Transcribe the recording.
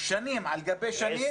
שנים על גבי שנים,